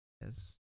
Yes